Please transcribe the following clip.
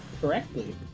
correctly